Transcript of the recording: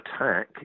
attack